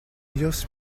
ellos